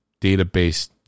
database